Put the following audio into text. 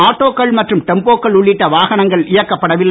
ஆட்டோக்கள் மற்றும் டெம்போக்கள் உள்ளிட்ட வாகனங்கள் இயக்கப்படவில்லை